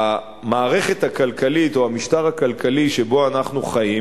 המערכת הכלכלית או המשטר הכלכלי שבו אנחנו חיים